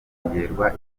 kongererwa